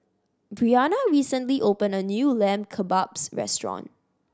Brianna recently opened a new Lamb Kebabs Restaurant